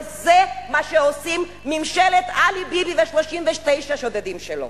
וזה מה שעושה ממשלת עלי ביבי ו-39 השודדים שלו.